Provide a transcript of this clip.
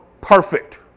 perfect